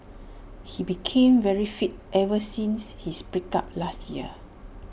he became very fit ever since his break up last year